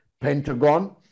Pentagon